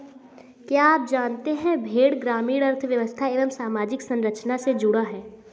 क्या आप जानते है भेड़ ग्रामीण अर्थव्यस्था एवं सामाजिक संरचना से जुड़ा है?